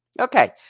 Okay